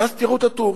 ואז תראו את התיאורים.